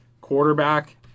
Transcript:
quarterback